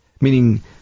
Meaning